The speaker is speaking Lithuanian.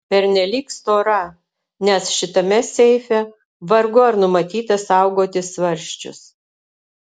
pernelyg stora nes šitame seife vargu ar numatyta saugoti svarsčius